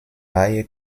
reihe